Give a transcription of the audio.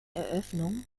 eröffnung